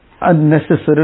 unnecessarily